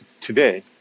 today